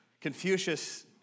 Confucius